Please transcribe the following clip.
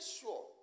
sure